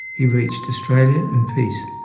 he reached australia and peace,